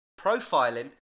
profiling